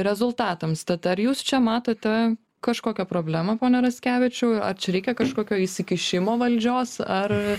rezultatams tad ar jūs čia matote kažkokią problemą pone raskevičiau ar čia reikia kažkokio įsikišimo valdžios ar